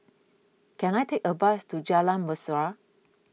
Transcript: can I take a bus to Jalan Mesra